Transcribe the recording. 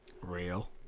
Real